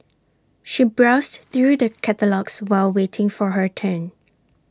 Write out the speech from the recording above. she browsed through the catalogues while waiting for her turn